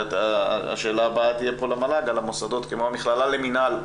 השאלה הבאה תהיה למל"ג על מוסדות כמו המכללה למינהל.